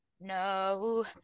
no